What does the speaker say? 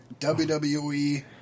WWE